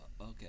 okay